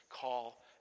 call